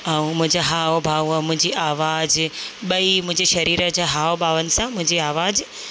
ऐं मुंहिंजा हाव भाव मुंहिंजी आवाज़ु ॿई मुंहिंजे शरीर जे हाव भाव सां मुंहिंजी आवाज़ु